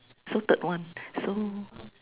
suited one so